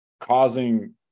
causing